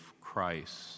Christ